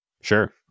Sure